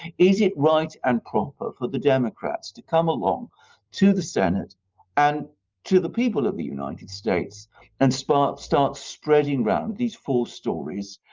is it right and proper for the democrats to come along to the senate and to the people of the united states and start start spreading around these false stories,